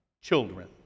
children